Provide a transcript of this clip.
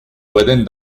pueden